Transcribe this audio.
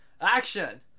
action